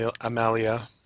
Amalia